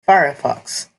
firefox